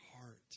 heart